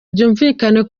byumvikane